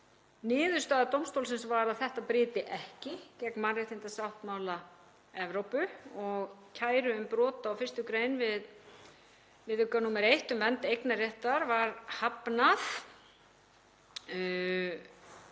Niðurstaða dómstólsins var að þetta bryti ekki gegn mannréttindasáttmála Evrópu og kæru um brot á 1. gr. við viðauka nr. 1, um vernd eignarréttar, var hafnað.